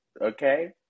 okay